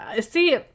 See